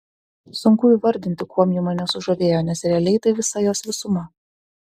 sunku įvardinti kuom ji mane sužavėjo nes realiai tai visa jos visuma